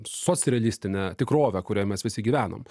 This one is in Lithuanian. socrealistine tikrove kurioj mes visi gyvenam